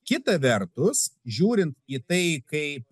kita vertus žiūrint į tai kaip